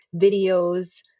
videos